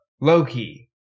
Loki